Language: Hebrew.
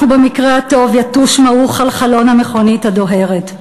אנחנו במקרה הטוב יתוש מעוך על חלון המכונית הדוהרת'